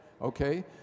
okay